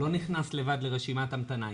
הוא לא נכנס לבד לרשימת המתנה,